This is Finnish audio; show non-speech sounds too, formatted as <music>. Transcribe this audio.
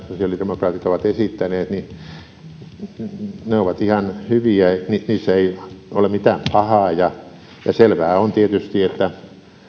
<unintelligible> sosiaalidemokraatit ovat esittäneet ovat ihan hyviä niissä ei ole mitään pahaa selvää on tietysti että